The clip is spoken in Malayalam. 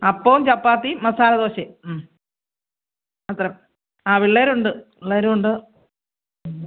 അപ്പവും ചപ്പാത്തീം മസാലദോശയും മാത്രം ആ പിള്ളേരുണ്ട് പിള്ളേരും ഉണ്ട് പിന്നെ